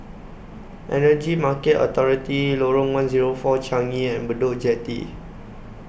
Energy Market Authority Lorong one Zero four Changi and Bedok Jetty